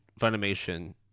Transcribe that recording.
Funimation